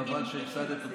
חבל שהפסדת אותו,